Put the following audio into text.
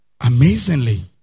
Amazingly